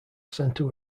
centre